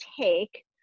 take